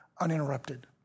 uninterrupted